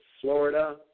Florida